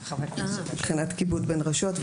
מבחינת כיבוד בין רשויות,